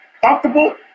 comfortable